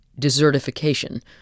desertification